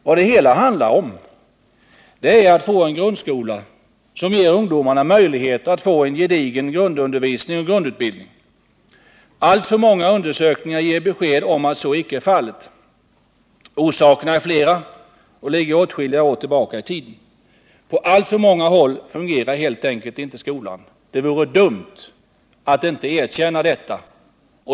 Vad det hela handlar om är att få en grundskola som ger ungdomarna möjlighet att få en gedigen grundundervisning och grundutbildning. Alltför många undersökningar ger besked om att så icke är fallet. Orsakerna är flera och ligger åtskilliga år tillbaka i tiden. På alltför många håll fungerar helt enkelt inte skolan. Det vore dumt att inte erkänna detta.